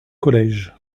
collège